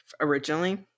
originally